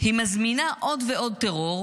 "היא מזמינה עוד ועוד טרור,